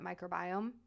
microbiome